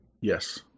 Yes